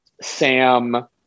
Sam